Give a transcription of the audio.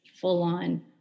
full-on